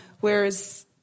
whereas